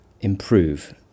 improve